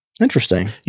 Interesting